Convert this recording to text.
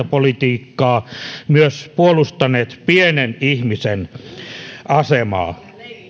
politiikkaa myös puolustaneet pienen ihmisen asemaa